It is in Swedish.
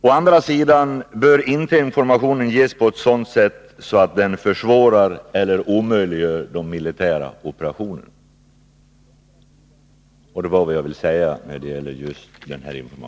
Å andra sidan bör inte informationen ges på sådant sätt att den försvårar eller omöjliggör de militära operationerna.